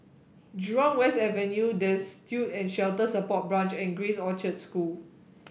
Jurong West Avenue Destitute and Shelter Support Branch and Grace Orchard School